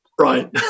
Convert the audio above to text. Right